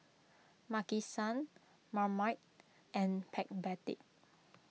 Maki San Marmite and Backpedic